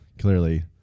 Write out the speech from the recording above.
clearly